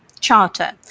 Charter